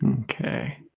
Okay